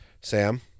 Sam